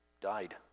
died